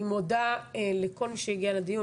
אני מודה לכל מי שהגיע לדיון,